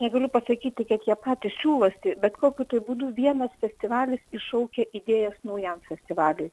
negaliu pasakyti kiek jie patys siūlosi bet kokiu tai būdu vienas festivalis iššaukia idėjas naujam festivaliui